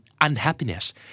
unhappiness